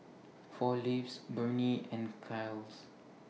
four Leaves Burnie and Kiehl's